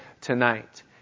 tonight